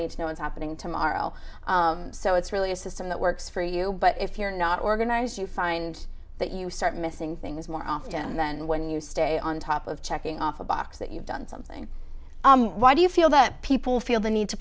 need to know what's happening tomorrow so it's really a system that works for you but if you're not organized you find that you start missing things more often and then when you stay on top of checking off a box that you've done something why do you feel that people feel the need to